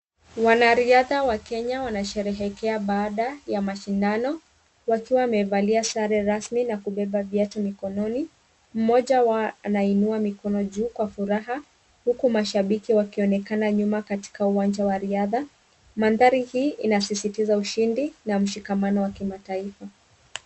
Wanariadha wa Kenya wanasherehekea baada ya mashindano wakiwa wamevalia sare rasmi na kubeba viatu mikononi. Mmoja wao anainua mikono juu kwa furaha huku mashabiki wakionekana nyuma katika uwanja wa riadha. Maandhari hii inasisitiza ushindi na mshikamano wa kimataifa.